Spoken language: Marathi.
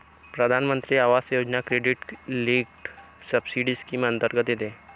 प्रधानमंत्री Awas Yojana credit linked subsidy scheme अंतर्गत येते